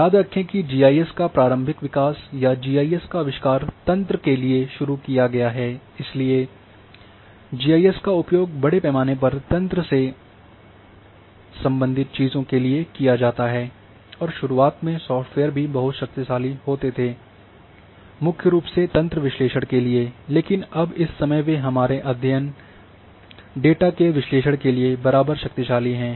याद रखें कि जी आई एस का प्रारंभिक विकास या जी आई एस का आविष्कार तंत्र के लिए शुरू किया गया है इसलिए और जी आई एस का उपयोग बड़े पैमाने पर तंत्र से संबंधित चीजों के लिए किया जाता है और शुरुआत में सॉफ्टवेयर भी बहुत शक्तिशाली होते थे मुख्य रूप से तंत्र विश्लेषण के लिए है लेकिन अब इस समय वे हमारे अध्ययन डेटा के विश्लेषण के लिए बराबर शक्तिशाली हैं